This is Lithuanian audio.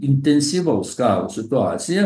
intensyvaus karo situaciją